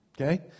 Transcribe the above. okay